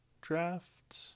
draft